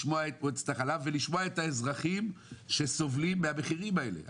לשמוע את מועצת החלב ולשמוע את האזרחים שסובלים מן המחירים האלה.